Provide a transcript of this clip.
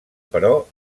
però